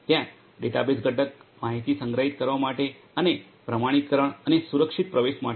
ત્યાં ડેટાબેઝ ઘટક માહિતી સંગ્રહિત કરવા માટે અને પ્રમાણીકરણ અને સુરક્ષિત પ્રવેશ માટે છે